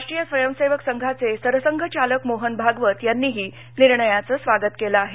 राष्ट्रीय स्वयंसेवक संघाचे सरसंघचालक मोहन भागवत यांनीही निर्णयाचं स्वागत केलं आहे